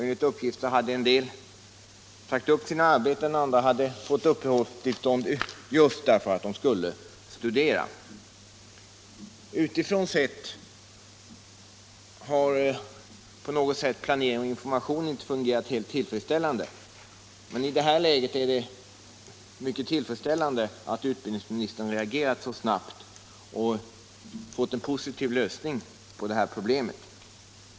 Enligt uppgift hade en del sagt upp sina arbeten för att studera och andra hade fått uppehållstillstånd i Sverige just därför att de skulle studera. Utifrån sett har planering och information ej fungerat helt tillfredsställande. I detta läge är det därför bra att utbildningsministern reagerat så snabbt och funnit en positiv lösning på problemet.